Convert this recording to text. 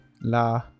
La